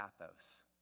pathos